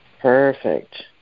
Perfect